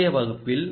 முந்தைய வகுப்பில்